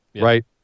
right